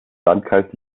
landkreis